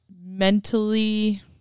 mentally